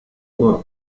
were